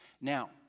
Now